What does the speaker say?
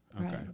Okay